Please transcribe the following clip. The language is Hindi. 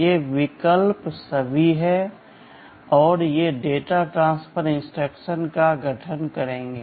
ये विकल्प सभी हैं और ये डेटा ट्रांसफर इंस्ट्रक्शन का गठन करेंगे